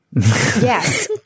Yes